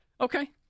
Okay